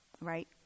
Right